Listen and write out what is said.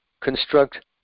construct